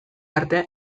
arte